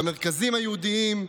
במרכזים היהודיים,